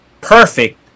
perfect